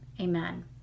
amen